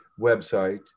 website